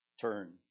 Turn